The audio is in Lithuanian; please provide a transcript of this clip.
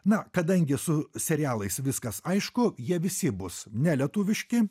na kadangi su serialais viskas aišku jie visi bus nelietuviški